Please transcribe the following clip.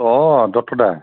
অঁ দত্ত দা